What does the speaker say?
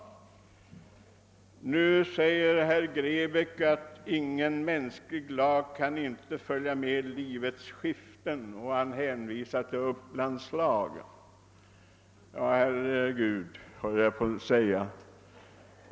Herr Grebäck säger att ingen mänsklig lag kan följa med livets skiften och han hänvisar till Upplandslagen.